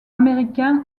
américain